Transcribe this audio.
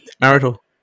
Marital